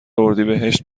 اردیبهشت